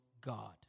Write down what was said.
God